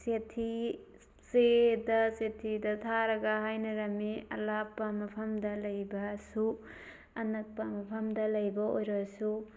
ꯆꯤꯊꯤ ꯆꯦꯗ ꯆꯤꯊꯤꯗ ꯊꯥꯔꯒ ꯍꯥꯏꯅꯔꯝꯃꯤ ꯑꯔꯥꯞꯄ ꯃꯐꯝꯗ ꯂꯩꯕꯁꯨ ꯑꯅꯛꯄ ꯃꯐꯝꯗ ꯂꯩꯕ ꯑꯣꯏꯔꯁꯨ